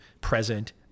present